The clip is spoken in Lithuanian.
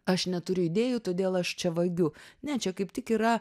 aš neturiu idėjų todėl aš čia vagiu ne čia kaip tik yra